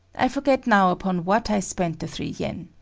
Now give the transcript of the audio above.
i forget now upon what i spent the three yen.